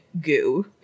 goo